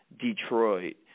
Detroit